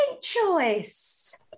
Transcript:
choice